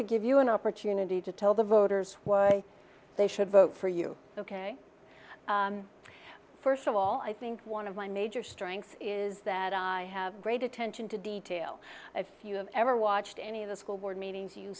to give you an opportunity to tell the voters why they should vote for you ok first of all i think one of my major strengths is that i have great attention to detail if you have ever watched any of the school board meetings you